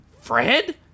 Fred